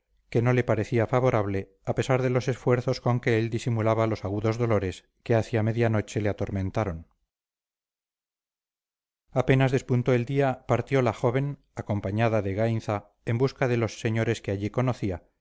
que no le parecía favorable a pesar de los esfuerzos con que él disimulaba los agudos dolores que hacia media noche le atormentaron apenas despuntó el día partió la joven acompañada de gainza en busca de los señores que allí conocía